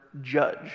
judge